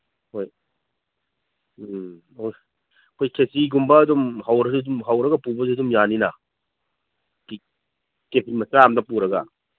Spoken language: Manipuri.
ꯍꯣꯏ ꯎꯝ ꯑꯩꯈꯣꯏ ꯈꯦꯆ꯭ꯔꯤꯒꯨꯝꯕ ꯑꯗꯨꯝ ꯍꯧꯔꯒ ꯑꯗꯨꯝ ꯄꯨꯕꯁꯨ ꯌꯥꯅꯤꯅ ꯀꯦꯐꯤꯟ ꯃꯆꯥ ꯑꯃꯗ ꯄꯨꯔꯒ